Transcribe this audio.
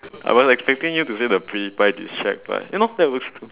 I was expecting you to say the pewdiepie but you know that was cool